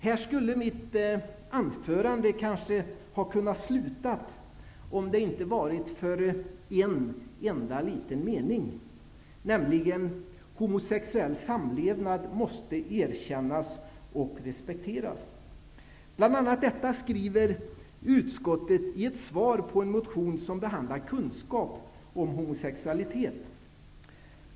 Här hade mitt anförande kunnat sluta, om det inte hade varit för en enda mening, nämligen: ''Homosexuell samlevnad måste erkännas och respekteras''. Bl.a. detta skriver utskottet i anledning av en motion som behandlar kunskap om homosexualitet.